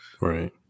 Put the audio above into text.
Right